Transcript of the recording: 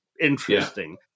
interesting